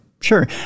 sure